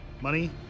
money